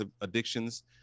addictions